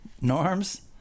Norm's